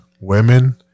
women